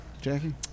jackie